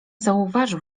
zauważył